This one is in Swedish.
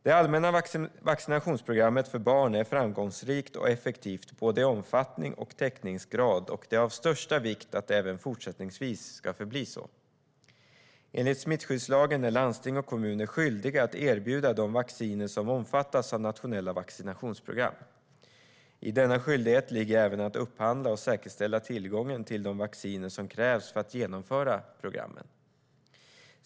Det allmänna vaccinationsprogrammet för barn är framgångsrikt och effektivt både i omfattning och täckningsgrad, och det är av största vikt att det även fortsättningsvis ska förbli så. Enligt smittskyddslagen är landsting och kommuner skyldiga att erbjuda de vacciner som omfattas av nationella vaccinationsprogram. I denna skyldighet ligger även att upphandla och säkerställa tillgången till de vacciner som krävs för att genomföra programmen.